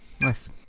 Nice